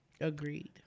Agreed